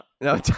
No